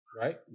right